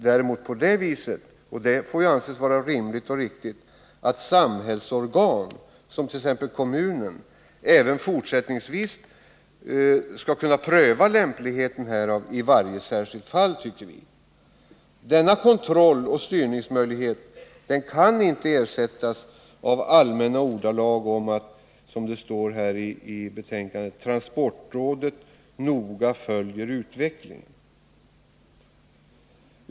Däremot tycker vi det är rimligt och riktigt att samhällsorgan som t.ex. kommuner även fortsättningsvis skall kunna pröva lämpligheten härav i varje särskilt fall. Denna kontroll och styrningsmöjlighet kan inte ersättas av allmänna ordalag om att, som det står i betänkandet, ”transportrådet noga följer utvecklingen”.